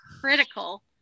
critical